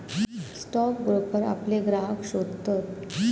stock broker आपले ग्राहक शोधतत